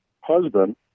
husband